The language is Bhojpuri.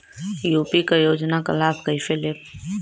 यू.पी क योजना क लाभ कइसे लेब?